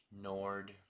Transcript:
Nord